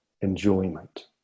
enjoyment